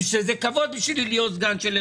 וזה כבוד בשבילי להיות סגנו,